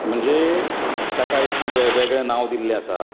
म्हणजे ताका एक वेगळें नांव दिल्लें आसा